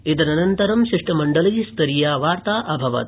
एतदनन्तरं शिष्टमण्डलीयस्तरीया वार्ता अभवत्